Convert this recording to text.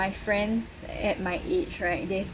friends at my age right they